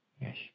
Yes